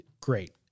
Great